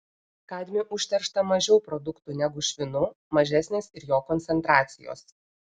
kadmiu užteršta mažiau produktų negu švinu mažesnės ir jo koncentracijos